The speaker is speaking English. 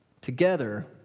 together